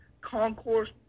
concourse